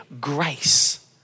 grace